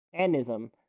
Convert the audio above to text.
Anism